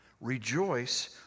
rejoice